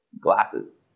glasses